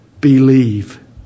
Believe